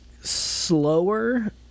slower